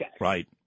right